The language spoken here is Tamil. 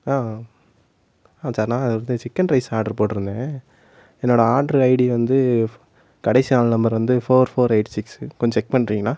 ஆ ஆ சரிண்ணா அது வந்து சிக்கன் ரைஸ் ஆர்டர் போட்டிருந்தேன் என்னோடய ஆர்டர் ஐடி வந்து கடைசி நாலு நம்பர் வந்து ஃபோர் ஃபோர் எய்ட் சிக்ஸு கொஞ்சம் செக் பண்ணுறீங்களா